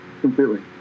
completely